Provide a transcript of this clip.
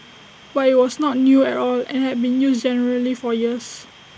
but IT was not new at all and had been used generally for years